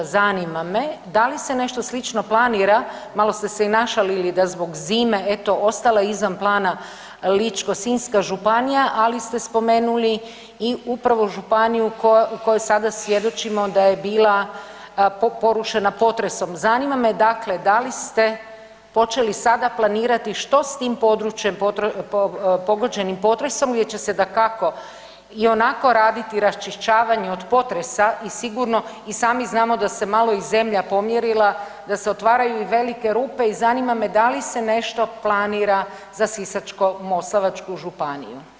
Zanima me da li se nešto slično planira malo ste se i našalili da zbog zime eto ostala je izvan plana Ličko-senjska županija, ali ste spomenuli i upravo županiju u kojoj sada svjedočimo da je bila porušena potresom, zanima me dakle da li počeli sada planirati što s tim područjem pogođenim potresom gdje će se dakako ionako raditi raščišćavanje od potresa i sigurno i sami znamo da se malo i zemlja pomjerila da se otvaraju i velike rupe i zanima me da li se nešto planira za Sisačko-moslavačku županiju.